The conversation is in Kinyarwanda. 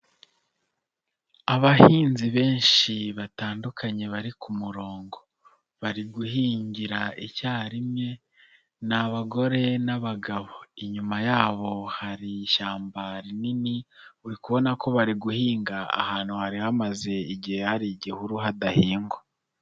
Abahinzi benshi batandukanye bari ku murongo. Bari guhingira icyarimwe ni abagore n'abagabo. Inyuma yabo hari ishyamba rinini uri kubona ko bari guhinga ahantu hari hamaze igihe hari igihuru hadahingwa.